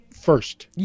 first